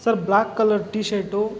sir black colour T shirt